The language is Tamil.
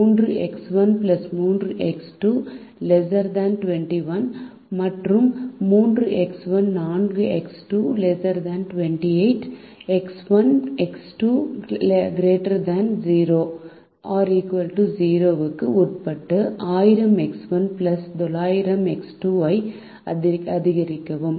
3 X1 3 X2 ≤21 மற்றும் 3 X1 4 X2 ≤28 X1 X2≥0 க்கு உட்பட்டு 1000 X1 900 X2 ஐ அதிகரிக்கவும்